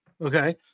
Okay